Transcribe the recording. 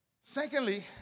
Secondly